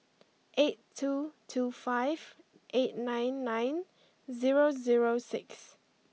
eight two two five eight nine nine zero zero six